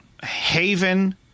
Haven